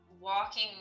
walking